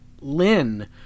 Lynn